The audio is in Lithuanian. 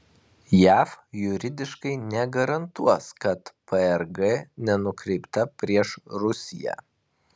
jav juridiškai negarantuos kad prg nenukreipta prieš rusiją